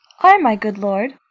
ay, my good lord.